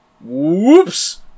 whoops